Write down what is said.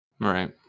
Right